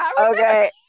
Okay